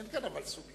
אין כאן סוביודיצה,